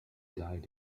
died